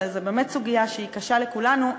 זאת באמת סוגיה שהיא קשה לכולנו.